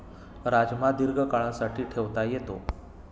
राजमा दीर्घकाळासाठी ठेवता येतो